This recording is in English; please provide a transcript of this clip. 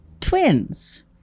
twins